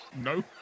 No